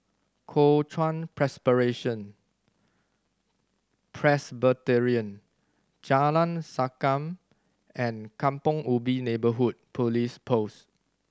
Kuo Chuan Presbyterian Jalan Sankam and Kampong Ubi Neighbourhood Police Post